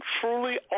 truly